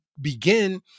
begin